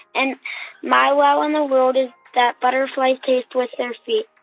and my wow in the world is that butterflies taste with their feet